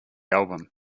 album